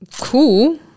Cool